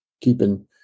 keeping